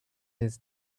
his